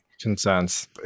Concerns